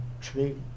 tree